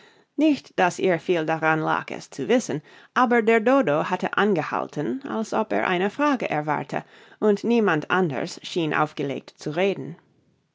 nicht daß ihr viel daran lag es zu wissen aber der dodo hatte angehalten als ob er eine frage erwarte und niemand anders schien aufgelegt zu reden